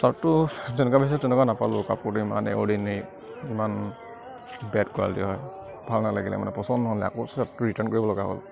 চাৰ্টটো যেনেকুৱা তেনেকুৱা নাপালোঁ কাপোৰটো ইমানে ইমান বেড কোৱালিটি হয় ভাল নালাগিলে মানে পচন্দ নহ'লে আকৌ চাৰ্টটো ৰিটাৰ্ণ কৰিব লগা হ'ল